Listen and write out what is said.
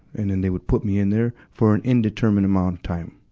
and then they would put me in there for an indeterminant amount of time,